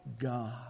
God